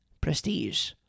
prestige